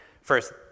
first